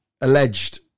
alleged